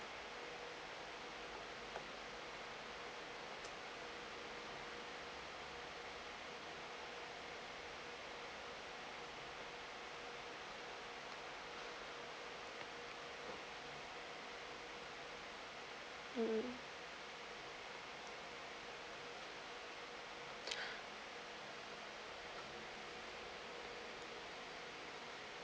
mm